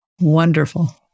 Wonderful